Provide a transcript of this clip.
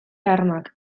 armak